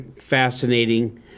fascinating